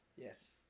Yes